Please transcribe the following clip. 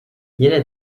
yine